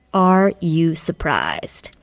are you surprised?